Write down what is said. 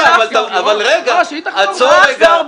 -- והרווחת מנדט שלא בצדק.